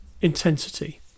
intensity